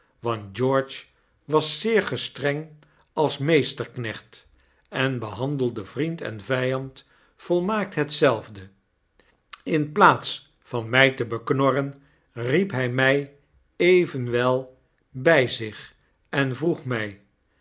want george was zeergestrengals meesterknecht en behandelde vriend en vgand volmaakt hetzejfde in plaats van mij te beknorren riep lag mij evenwel by zich en vroeg mij